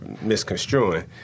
misconstruing